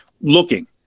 looking